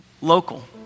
local